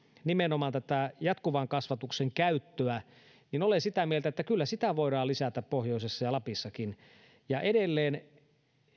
nimenomaan tätä jatkuvan kasvatuksen käyttöä niin olen sitä mieltä että kyllä sitä voidaan lisätä pohjoisessa ja lapissakin ja edelleen